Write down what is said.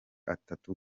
atatu